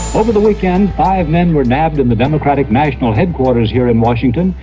over the weekend, five men were nabbed in the democratic national headquarters here in washington,